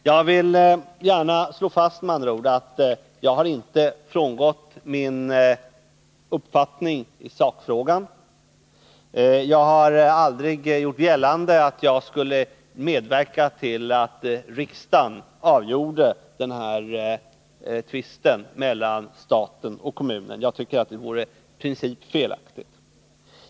Jag vill med andra ord gärna slå fast att jag inte har frångått min uppfattning i sakfrågan. Jag har aldrig gjort gällande att jag skulle medverka till att riksdagen avgjorde den här tvisten mellan staten och kommunen. Det vore, tycker jag, i princip felaktigt.